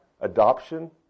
Adoption